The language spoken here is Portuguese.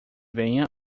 venha